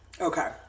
Okay